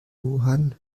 johann